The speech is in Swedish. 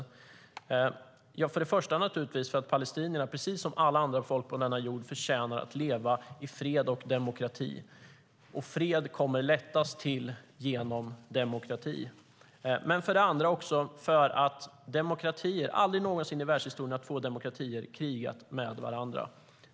För det första är det naturligtvis därför att palestinierna, precis som alla andra folk på denna jord, förtjänar att leva i fred och demokrati och att fred lättast kommer till genom demokrati. För det andra är det därför att två demokratier aldrig någonsin i världshistorien har krigat med varandra.